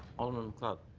alderman macleod.